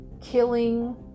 killing